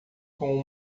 com